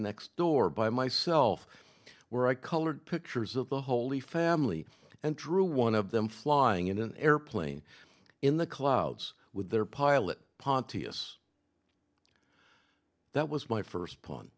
next door by myself where i colored pictures of the holy family and drew one of them flying in an airplane in the clouds with their pilot pontius that was my first